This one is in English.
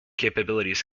capabilities